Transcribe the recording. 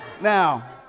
Now